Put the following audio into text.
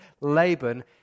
Laban